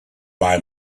buy